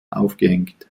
aufgehängt